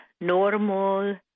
normal